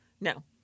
No